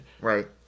Right